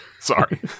Sorry